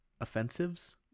offensives